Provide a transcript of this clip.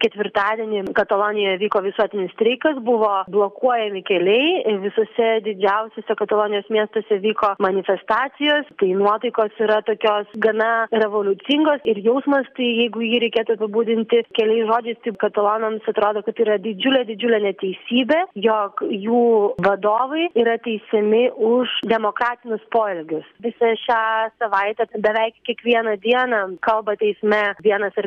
ketvirtadienį katalonijoje vyko visuotinis streikas buvo blokuojami keliai visose didžiausiose katalonijos miestuose vyko manifestacijos tai nuotaikos yra tokios gana revoliucingos ir jausmas tai jeigu jį reikėtų apibūdinti keliais žodžiais kaip katalonams atrodo kad yra didžiulė didžiulė neteisybė jog jų vadovai yra teisiami už demokratinius poelgius visą šią savaitę tai beveik kiekvieną dieną kalba teisme vienas ar